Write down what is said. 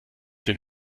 den